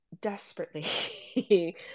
desperately